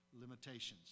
limitations